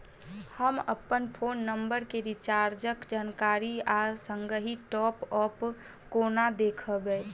हम अप्पन phone number केँ रिचार्जक जानकारी आ संगहि टॉप अप कोना देखबै?